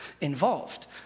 involved